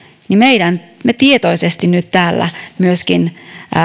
me tietoisesti nyt täällä myöskin